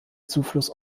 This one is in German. zufluss